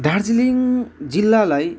दार्जिलिङ जिल्लालाई